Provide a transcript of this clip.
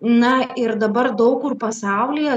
na ir dabar daug kur pasaulyje